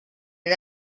and